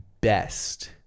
best